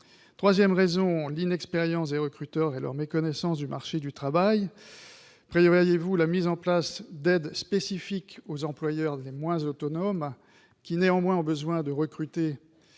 Troisièmement, l'inexpérience des recruteurs et leur méconnaissance du marché du travail. Prévoyez-vous la mise en place d'aides spécifiques aux employeurs les moins autonomes, PME et TPE en premier